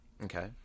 Okay